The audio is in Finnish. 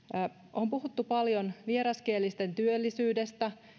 on puhuttu paljon vieraskielisten työllisyydestä